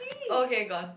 okay gone